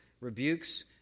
rebukes